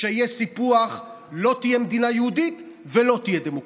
כשיהיה סיפוח לא תהיה מדינה יהודית ולא תהיה דמוקרטיה.